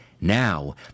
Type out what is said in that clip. Now